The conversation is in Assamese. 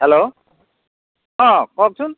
হেল্ল' অঁ কওকচোন